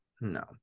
no